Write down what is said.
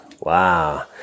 Wow